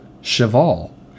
cheval